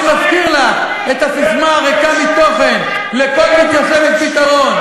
אני מזכיר לך את הססמה הריקה מתוכן: לכל מתיישב יש פתרון.